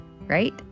right